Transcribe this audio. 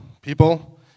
people